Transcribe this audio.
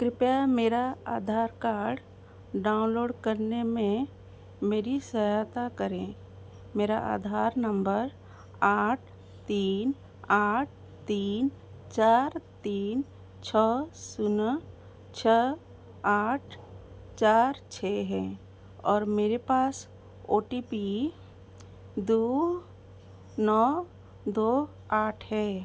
कृपया मेरा Aadhaar card download करने में मेरी सहायता करें मेरा आधार नंबर आठ तीन आठ तीन चार तीन छः सुना छः आठ चार छः है और मेरे पास ओ टी पी दो नौ दो आठ है